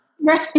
Right